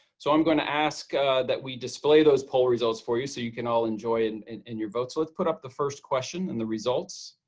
so i'm going to ask ah that we display those poll results for you so you can all enjoy it and and and your votes. so let's put up the first question and the results,